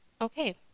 okay